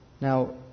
Now